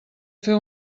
fer